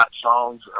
songs